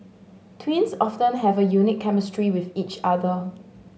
twins often have a unique chemistry with each other